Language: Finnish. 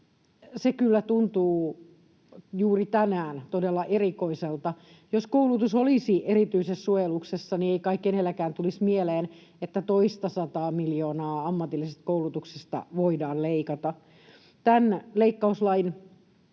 kyllä tuntuu juuri tänään todella erikoiselta. Jos koulutus olisi erityisessä suojeluksessa, niin ei kai kenellekään tulisi mieleen, että toistasataa miljoonaa ammatillisesta koulutuksesta voidaan leikata? Tämän leikkauslain